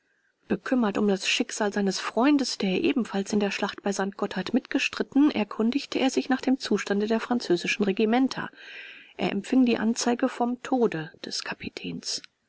bekümmert um das schicksal seinem freundes der ebenfalls in der schlacht bei st gotthard mitgestritten erkundigte er sich nach dem zustande der französischen regimenter er empfing die anzeige vom tode des kapitäns